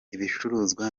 ibicuruzwa